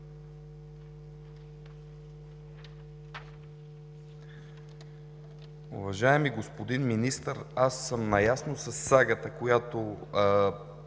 Уважаеми господин Министър, аз съм наясно със сагата, която